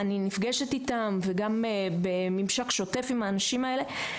אני נפגשת איתם וגם בממשק שוטף עם האנשים האלה.